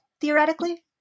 theoretically